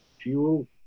fuel